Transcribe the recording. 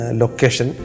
location